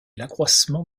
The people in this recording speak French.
l’accroissement